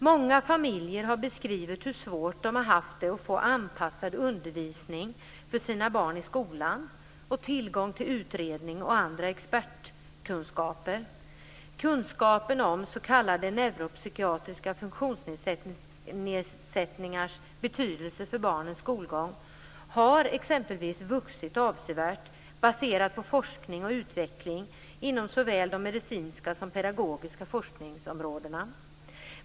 Många familjer har beskrivit hur svårt de har haft med att få anpassad undervisning för sina barn i skolan och tillgång till utredning och andra expertkunskaper. Kunskapen om s.k. neuropsykiatriska funktionsnedsättningars betydelse för barnens skolgång har vuxit avsevärt baserat på forskning och utveckling inom såväl det medicinska som det pedagogiska forskningsområdet.